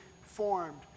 formed